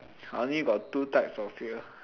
I only got two types of fear